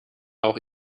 auch